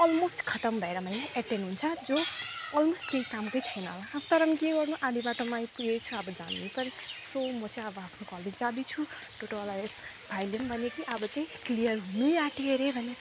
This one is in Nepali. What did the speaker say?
कि त अलमोस्ट खतम भएर मैले एटेन्ड हुन्छ जो अलमोस्ट केही कामकै छैन तर पनि के गर्नु आधी बाटोमा आइपुगेछ अब जानैपर्यो सो म चाहिँ अब आफ्नो कलेज जाँदैछु टोटोवाला भाइले नि भन्यो कि आब चाहिँ क्लियर हुनै आँट्यो अरे भनेर